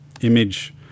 image